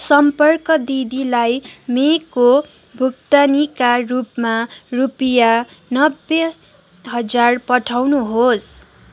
सम्पर्क दिदीलाई मेको भुक्तानीका रूपमा रुपियाँ नब्बे हजार पठाउनुहोस्